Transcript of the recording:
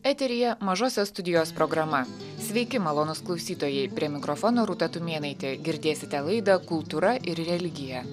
eteryje mažosios studijos programa sveiki malonūs klausytojai prie mikrofono rūta tumėnaitė girdėsite laidą kultūra ir religija